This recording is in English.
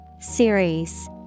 Series